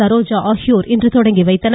சரோஜா ஆகியோர் இன்று தொடங்கிவைத்தனர்